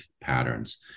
patterns